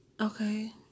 Okay